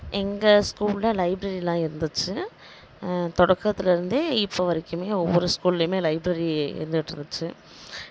எங்கள் ஸ்கூலில் லைப்ரரியெலாம் இருந்துச்சு தொடக்கத்தில் இருந்தே இப்போது வரைக்குமே ஒவ்வொரு ஸ்கூல்லையுமே லைப்ரரி இருந்துட்டு இருந்துச்சு